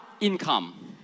income